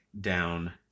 down